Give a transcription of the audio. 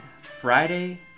Friday